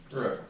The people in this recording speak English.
Right